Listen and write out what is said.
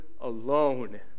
alone